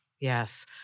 yes